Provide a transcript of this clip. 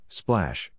splash